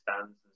stands